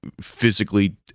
physically